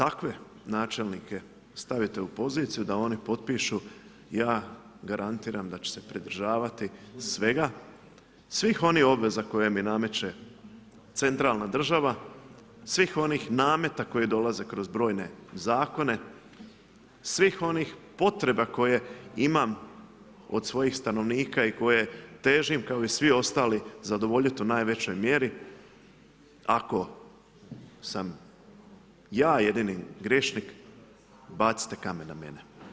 I takve načelnike stavite u poziciju, da oni potpišu, ja garantiram, da će se pridržavati svega, svih onih obveza koje mi nameće centralna država, svih onih nameta koji dolaze kroz brojne zakone, svih onih potreba koje imam od svojih stanovnika i koje težim kao i svi ostali zadovoljiti u najvećoj mjeri, ako sam ja jedini grešnik, bacite kamen na mene.